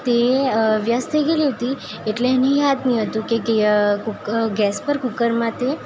તે વ્યસ્ત થઈ ગયેલી હતી એટલે એને યાદ નહીં તું કે ગેસ પર કૂકરમાં તે